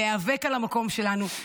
להיאבק על המקום שלנו,